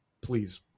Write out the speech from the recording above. please